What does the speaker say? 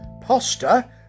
Poster